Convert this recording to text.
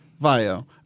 Vio